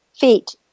feet